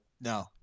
no